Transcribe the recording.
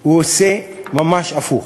הוא עושה ממש הפוך.